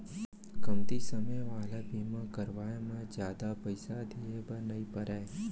कमती समे वाला बीमा करवाय म जादा पइसा दिए बर नइ परय